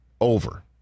over